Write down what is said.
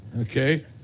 okay